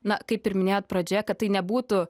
na kaip ir minėjot pradžioje kad tai nebūtų